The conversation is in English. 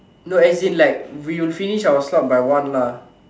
no as in like we'll finish our slot by one lah